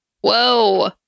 Whoa